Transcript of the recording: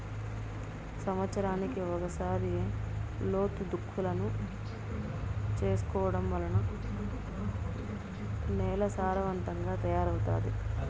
సమత్సరానికి ఒకసారి లోతు దుక్కులను చేసుకోవడం వల్ల నేల సారవంతంగా తయారవుతాది